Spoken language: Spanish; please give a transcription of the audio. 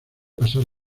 pasar